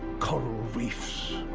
coral reefs.